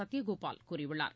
சத்திய கோபால் கூறியுள்ளார்